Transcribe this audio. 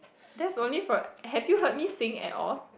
that's only for have you heard me sing at all